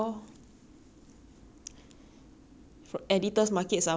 from Editor's Market somemore since when can you find anything for Editor's Market